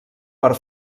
per